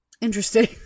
Interesting